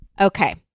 Okay